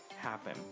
happen